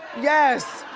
yes,